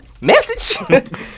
Message